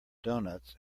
donuts